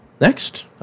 Next